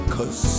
Cause